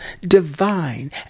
divine